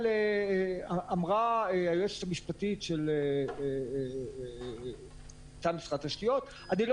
אמרה היועצת המשפטית של משרד התשתיות: אני לא